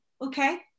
okay